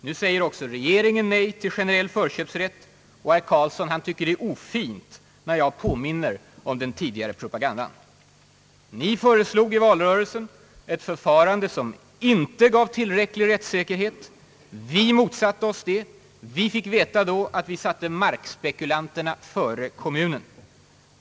Nu säger också regeringen nej till generell förköpsrätt — och herr Karlsson tycker att det är ofint när jag påminner om den tidigare propagandan. Ni föreslog i i valrörelsen ett förfarande som inte gav tillräcklig rättssäkerhet. Vi motsatte oss det. Vi fick då veta att vi satte markspekulantierna före kommunerna.